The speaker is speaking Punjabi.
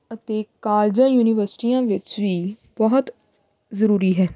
ਅਤੇ ਕਾਲਜਾਂ ਯੂਨੀਵਰਸਿਟੀਆਂ ਵਿੱਚ ਵੀ ਬਹੁਤ ਜ਼ਰੂਰੀ ਹੈ